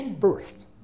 first